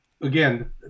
again